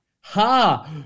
Ha